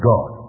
God